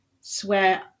swear